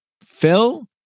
Phil